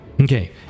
Okay